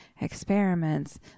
experiments